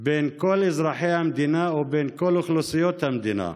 כל אזרחי המדינה ועל כל אוכלוסיות המדינה.